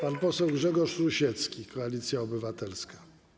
Pan poseł Grzegorz Rusiecki, Koalicja Obywatelska.